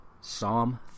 Psalm